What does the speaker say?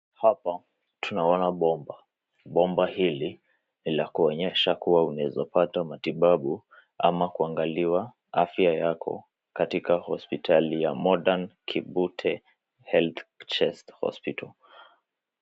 Hapa tunaona bomba. Bomba hili ni la kuonyesha kuwa unaweza pata matibabu ama kuangaliwa afya yako katika hospitali ya Modern Kibute Healcrest Hospital .